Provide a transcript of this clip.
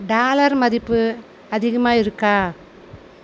dollar மதிப்பு அதிகமாக இருக்கா